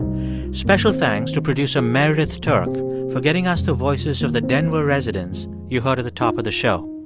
special thanks to producer meredith turk for getting us the voices of the denver residents you heard at the top of the show.